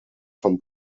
von